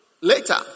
Later